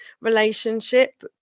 relationship